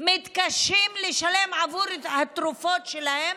מתקשים לשלם בעבור התרופות שלהם